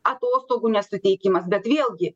atostogų nesuteikimas bet vėlgi